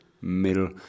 middle